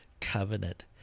covenant